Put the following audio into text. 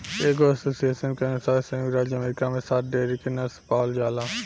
एगो एसोसिएशन के अनुसार संयुक्त राज्य अमेरिका में सात डेयरी के नस्ल पावल जाला